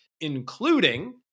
including